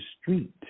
street